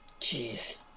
Jeez